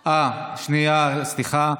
סליחה.